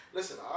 Listen